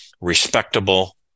respectable